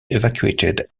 evacuated